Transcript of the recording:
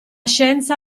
scienza